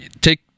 take